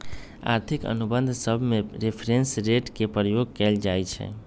आर्थिक अनुबंध सभमें रेफरेंस रेट के प्रयोग कएल जाइ छइ